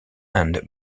and